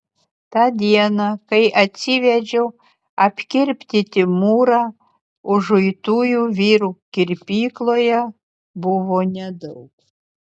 tą dieną kai atsivedžiau apkirpti timūrą užuitųjų vyrų kirpykloje buvo nedaug